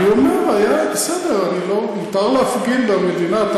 אני אומר, היה, בסדר, מותר להפגין במדינה.